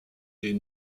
est